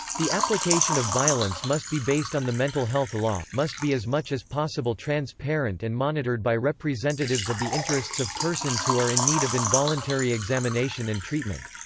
the application of violence must be based on the mental health law, must be as much as possible transparent and monitored by representatives of the interests of persons who are in need of involuntary examination and treatment.